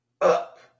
up